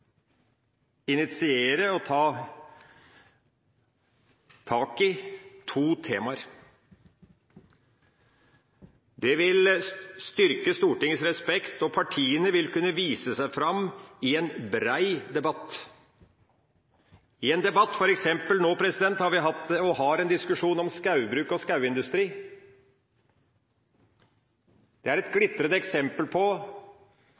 initiere og ta tak i to temaer. Det vil styrke respekten for Stortinget, og partiene vil kunne vise seg fram i en brei debatt. For eksempel har vi hatt og har nå en diskusjon om skogbruk og skogindustri. Det er et glitrende eksempel på